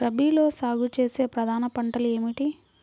రబీలో సాగు చేసే ప్రధాన పంటలు ఏమిటి?